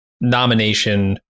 nomination